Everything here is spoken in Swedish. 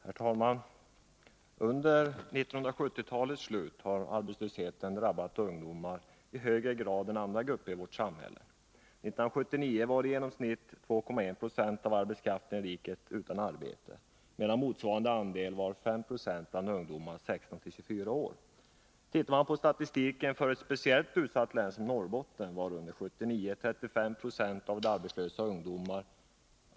Herr talman! Under 1970-talets slut har arbetslösheten drabbat ungdomar i högre grad än andra grupper i vårt samhälle. 1979 var i genomsnitt 2,1 I av arbetskraften i riket utan arbete, medan motsvarande andel var 5 96 bland ungdomar i åldern 16-24 år. Tittar man på statistiken för ett speciellt utsatt län som Norrbotten, finner man att 35 96 av de arbetslösa under år 1979 var ungdomar.